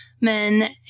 men